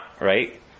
right